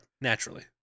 Naturally